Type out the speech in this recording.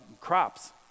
crops